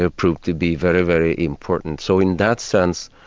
ah proved to be very, very important. so in that sense,